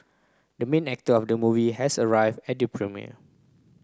the main actor of the movie has arrive at the premiere